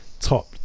top